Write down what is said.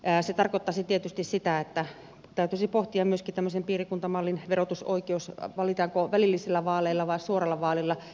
se tarkoittaisi tietysti sitä että täytyisi pohtia myöskin tämmöisen piirikuntamallin verotusoikeus valitaanko välillisillä vaaleilla vai suoralla vaalilla